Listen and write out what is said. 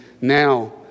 Now